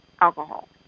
alcohol